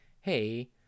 hey